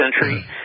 century